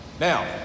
Now